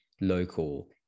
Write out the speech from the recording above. local